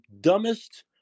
dumbest